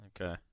Okay